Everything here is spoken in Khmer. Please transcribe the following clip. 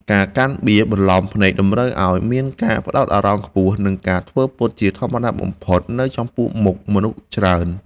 ការកាត់បៀ បន្លំភ្នែកតម្រូវឱ្យមានការផ្តោតអារម្មណ៍ខ្ពស់ និង ការធ្វើពុតជាធម្មតាបំផុតនៅចំពោះមុខមនុស្សច្រើន។